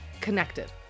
connected